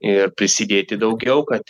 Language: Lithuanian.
ir prisidėti daugiau kad